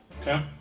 Okay